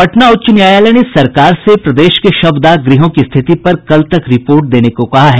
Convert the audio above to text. पटना उच्च न्यायालय ने सरकार से प्रदेश के शवदाह गृहों की स्थिति पर कल तक रिपोर्ट देने को कहा है